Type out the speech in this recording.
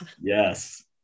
Yes